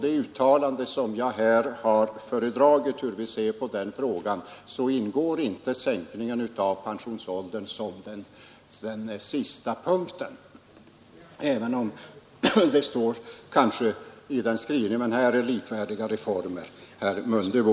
I det uttalande som jag här har föredragit om hur vi ser på frågan är inte sänkningen av pensionsåldern den sista punkten, även om den står sist i skrivningen; de uppräknade reformerna är likvärdiga.